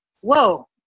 whoa